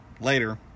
Later